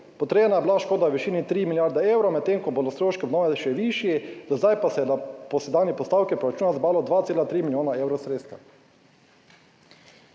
Potrjena je bila škoda v višini 3 milijarde evrov, medtem ko bodo stroški obnove še višji, do zdaj pa se je po sedanji postavki proračuna zbralo 2,3 milijona evrov sredstev.